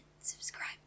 subscribe